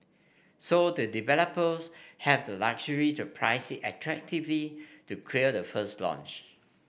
so the developers have the luxury to price it attractively to the first launch